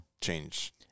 change